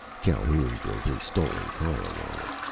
calhoun drove his stolen car along it.